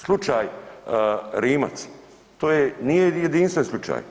Slučaj Rimac to nije jedinstven slučaj.